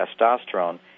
testosterone